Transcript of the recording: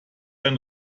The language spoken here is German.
ein